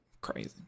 crazy